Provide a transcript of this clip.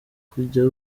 kujya